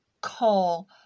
call